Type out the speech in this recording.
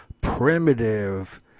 primitive